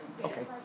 Okay